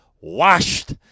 washed